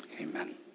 Amen